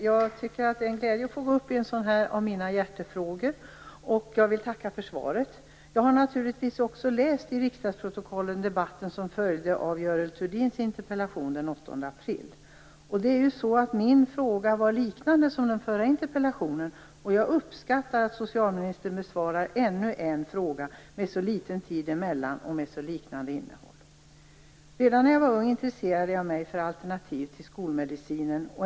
Herr talman! Det är en glädje att få gå upp och tala i en av mina hjärtefrågor. Jag vill tacka för svaret. Jag har naturligtvis i riksdagsprotokollet tagit del av den debatt som följde av Görel Thurdins interpellation den 8 april. Min fråga var liknande den som togs upp i den förra interpellationen, och jag uppskattar att socialministern besvarar en fråga med så liknande innehåll med så litet tid emellan. Redan när jag var ung intresserade jag mig för alternativ till skolmedicinen.